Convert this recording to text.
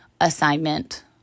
assignment